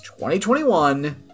2021